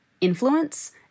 influence